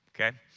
okay